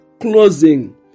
closing